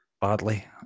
badly